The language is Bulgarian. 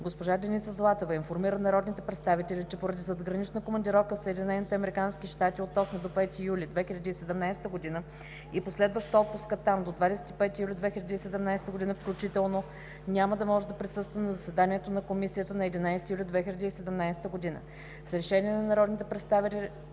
госпожа Деница Златева информира народните представители, че поради задгранична командировка в Съединените американски щати от 8 до 15 юли 2017 г. и последваща отпуска там – до 25 юли 2017 г. включително, няма да може да присъства на заседанието на Комисията на 11 юли 2017 г. С решение на народните представители